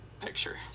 picture